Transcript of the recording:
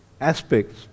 aspects